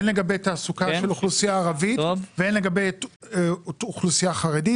הן לגבי תעסוקה של אוכלוסייה ערבית והן לגבי אוכלוסייה חרדית.